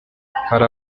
hari